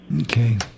Okay